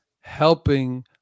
helping